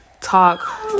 talk